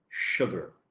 Sugar